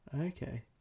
Okay